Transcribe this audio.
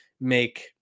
make